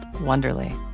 Wonderly